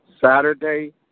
Saturday